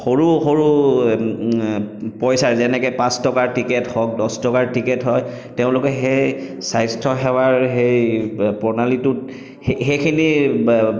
সৰু সৰু পইচা যেনেকৈ পাঁচ টকাৰ টিকেট হওক দছ টকাৰ টিকেট হওক তেওঁলোকে সেই স্বাস্থ্য সেৱাৰ সেই প্ৰণালীটোত সে সেইখিনি বা